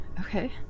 Okay